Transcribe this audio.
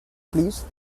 please